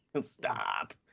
Stop